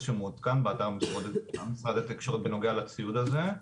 שמעודכן באתר משרד התקשורת בנוגע לציוד הזה.